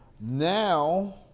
Now